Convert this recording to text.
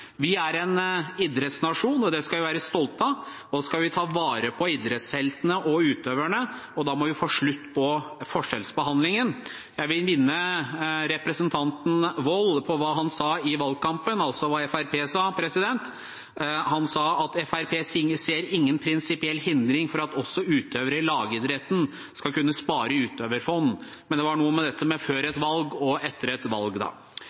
Vi er en idrettsnasjon og det skal vi være stolte av, og så skal vi ta vare på idrettsheltene og utøverne, og da må vi få slutt på forskjellsbehandlingen. Jeg vil minne representanten Wold på hva han sa i valgkampen, altså hva Fremskrittspartiet sa. Han sa at Fremskrittspartiet ser ingen prinsipiell hindring for at også utøvere i lagidretten skal kunne spare i utøverfond. Men så var det noe med før et valg – og etter et valg.